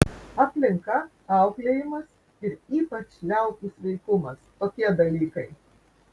aplinka auklėjimas ir ypač liaukų sveikumas tokie dalykai